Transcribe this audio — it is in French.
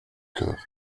coeur